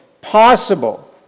possible